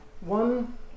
One